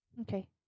Okay